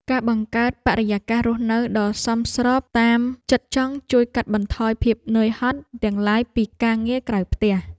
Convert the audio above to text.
ការបង្កើតបរិយាកាសរស់នៅដ៏សមស្របតាមចិត្តចង់ជួយកាត់បន្ថយភាពនឿយហត់ទាំងឡាយពីការងារក្រៅផ្ទះ។